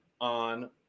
on